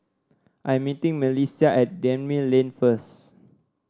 I am meeting MelissiA at Gemmill Lane first